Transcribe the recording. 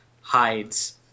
hides